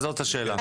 זאת השאלה.